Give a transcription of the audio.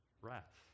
wrath